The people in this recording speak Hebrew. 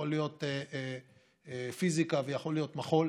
יכול להיות פיזיקה ויכול להיות מחול,